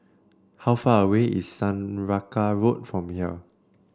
how far away is Saraca Road from here